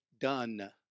done